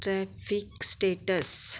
traffic status